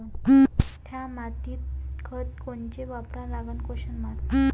थ्या मातीत खतं कोनचे वापरा लागन?